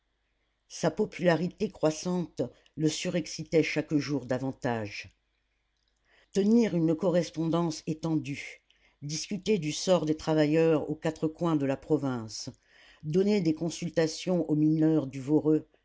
sa popularité croissante le surexcitait chaque jour davantage tenir une correspondance étendue discuter du sort des travailleurs aux quatre coins de la province donner des consultations aux mineurs du